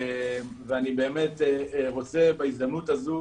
אני רוצה בהזדמנות הזו